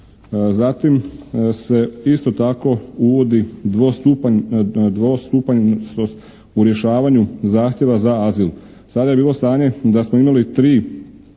Zatim se isto tako uvodi dvostupanjsnost u rješavanju zahtjeva za azil. Sada je bilo stanje da smo imali tri